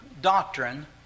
doctrine